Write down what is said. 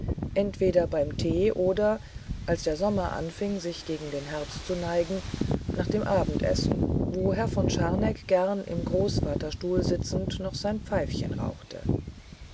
entweder beim tee oder als der sommer anfing sich gegen den herbst zu neigen nach dem abendessen wo herr von scharneck gern im großvaterstuhle sitzend noch sein pfeifchen rauchte